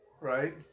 Right